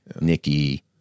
Nikki